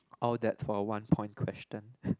all that for one point question